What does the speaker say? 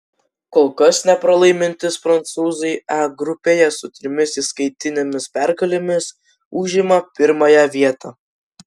kol kas nepralaimintys prancūzai e grupėje su trimis įskaitinėmis pergalėmis užima pirmąją vietą